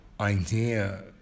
idea